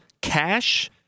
cash